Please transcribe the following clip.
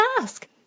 ask